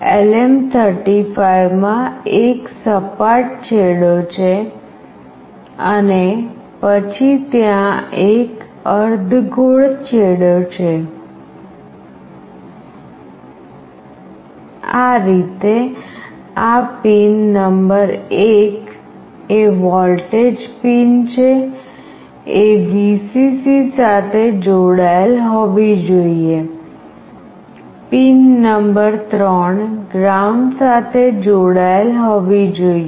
LM35 માં એક સપાટ છેડો છે અને પછી ત્યાં એક અર્ધગોળ છેડો છે આ રીતે આ પિન નંબર 1 એ વોલ્ટેજ પિન છે એ Vcc સાથે જોડાયેલ હોવી જોઈએ પિન નંબર 3 ગ્રાઉન્ડ સાથે જોડાયેલ હોવી જોઈએ